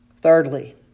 Thirdly